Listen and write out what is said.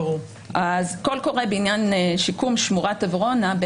קול קורא בעניין שיקום שמורת עברונה,